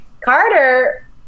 Carter